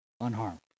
unharmed